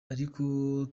ariko